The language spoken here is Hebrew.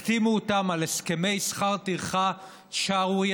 החתימו אותם על הסכמי שכר טרחה שערורייתיים.